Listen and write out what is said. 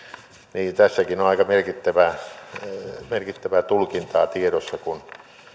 niin tässäkin on aika merkittävää merkittävää tulkintaa tiedossa kun